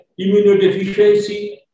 immunodeficiency